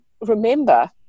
Remember